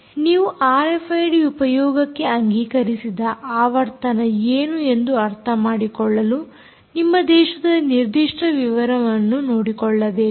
ಮತ್ತು ನೀವು ಆರ್ಎಫ್ಐಡಿ ಉಪಯೋಗಕ್ಕೆ ಅಂಗೀಕರಿಸಿದ ಆವರ್ತನ ಏನು ಎಂದು ಅರ್ಥಮಾಡಿಕೊಳ್ಳಲು ನಿಮ್ಮ ದೇಶದ ನಿರ್ದಿಷ್ಟ ವಿವರವನ್ನು ನೋಡಿಕೊಳ್ಳಬೇಕು